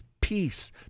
peace